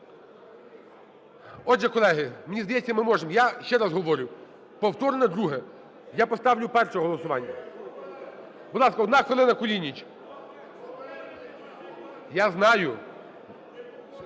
Отже, колеги, мені здається, ми можемо. Я ще раз говорю, повторне друге. Я поставлю перше голосування. Будь ласка, одна хвилина, Кулініч. Я знаю.